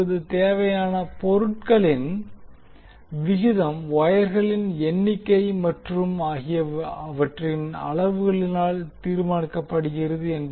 இப்போது தேவையான பொருட்களின் விகிதம் வொயர்களின் எண்ணிக்கை மற்றும் அவற்றின் அளவுகளால் தீர்மானிக்கப்படுகிறது